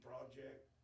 project